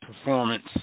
performance